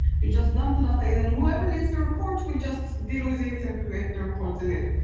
you just dump the data in and whoever needs to report will just deal with it and create the reports in it.